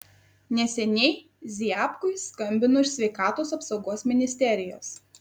neseniai ziabkui skambino iš sveikatos apsaugos ministerijos